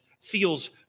feels